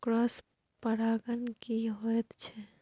Cross परागण की होयत छै?